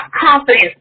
confidence